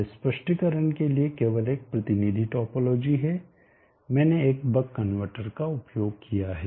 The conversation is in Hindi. यह स्पष्टीकरण के लिए केवल एक प्रतिनिधि टोपोलॉजी है मैंने एक बक कनवर्टर का उपयोग किया है